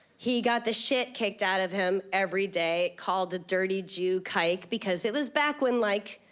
he got the shit kicked out of him every day, called a dirty jew kike, because it was back when, like.